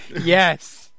Yes